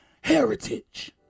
heritage